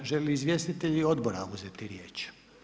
Žele li izvjestitelji odbora uzeti riječ?